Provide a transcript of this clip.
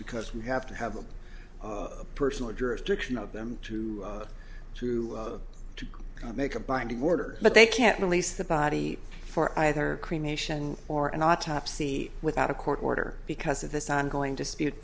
because we have to have a personal jurisdiction of them to to to make a binding order but they can't release the body for either cremation or an autopsy without a court order because of this ongoing dispute